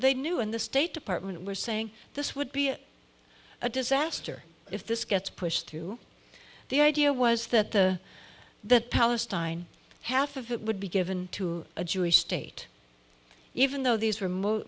they knew in the state department were saying this would be a disaster if this gets pushed through the idea was that the that palestine half of it would be given to a jewish state even though these remote